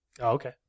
Okay